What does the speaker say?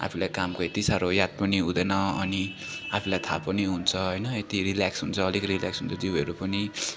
आफूलाई कामको यति साह्रो कामको याद पनि हुँदैन अनि आफूलाई थाह पनि हुन्छ होइन यति रिल्याक्स हुन्छ अलिकति रिल्याक्स हुन्छ जिउहरू पनि